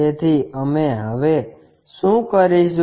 તેથી અમે હવે શું કરીશું